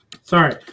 Sorry